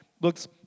looks